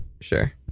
Sure